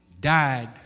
died